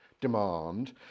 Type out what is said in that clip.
demand